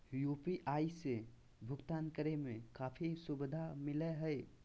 UPI से भुकतान करे में काफी सुबधा मिलैय हइ